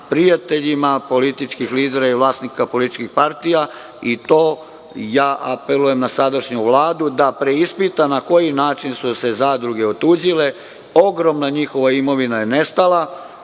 prijateljima političkih lidera i vlasnika političkih partija. Apelujem na sadašnju Vladu da preispita na koji način su se zadruge otuđile. Ogromna njihova imovina je nestala,